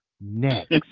next